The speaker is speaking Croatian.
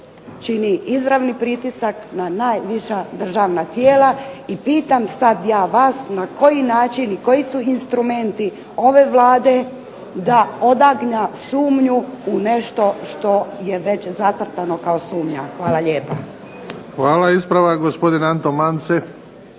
čini izravni pritisak na najviša državna tijela. I pitam sada ja vas, na koji način, koji su instrumenti ove Vlade da odagna sumnju u nešto što je već zacrtano kao sumnja? Hvala lijepa. **Bebić, Luka (HDZ)** Hvala. Ispravak gospodin Anton Mance.